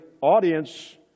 audience